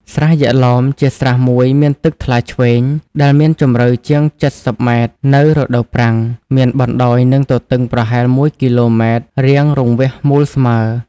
ស្រះយក្ខឡោម ជាស្រះមួយមានទឹកថ្លាឈ្វេង ដែលមានជម្រៅជាង ៧០ ម. នៅរដូវប្រាំង, មានបណ្ដោយ និង ទទឹងប្រហែល ១ គ.ម. រាងរង្វះមូលស្មើ ។